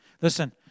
Listen